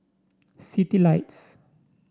Citylights